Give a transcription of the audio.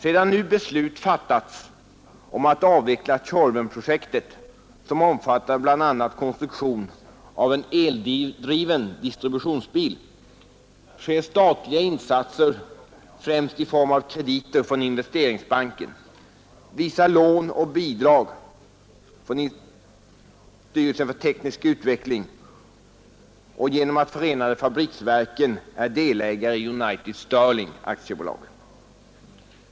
Sedan nu beslut fattats om att avveckla Tjorvenprojektet, Som =— S— — om fattade bl.a. konstruktion av en eldriven distributionsbil, sker statliga Skydd mot luftförinsatser främst i form av krediter från Investeringsbanken, vissa lån och OCEREIAT bidrag från styrelsen för teknisk utveckling och genom att förenade fabriksverken är delägare i United Stirling AB.